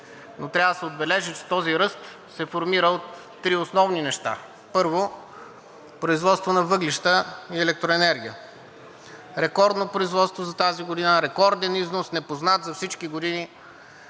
Трябва да се отбележи, че този ръст ще се формира от три основни неща. Първо, производство на въглища и електроенергия. Рекордно производство за тази година, рекорден износ, непознат за всички години